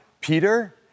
Peter